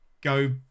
go